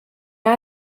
our